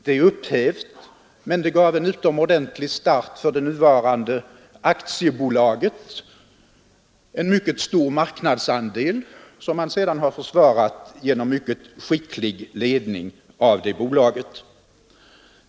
Det är upphävt, men det gav en utomordentlig start för det nuvarande aktiebolaget och en mycket stor marknadsandel, som man sedan försvarat genom en skicklig ledning av det bolaget.